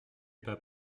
pas